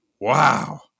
wow